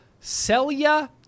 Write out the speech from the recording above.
Celia